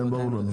כן, ברור לנו.